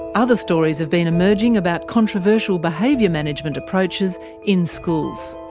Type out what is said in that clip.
other stories have been emerging about controversial behaviour management approaches in schools.